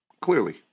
clearly